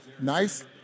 Nice